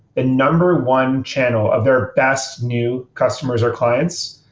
number one channel of their best, new customers or clients,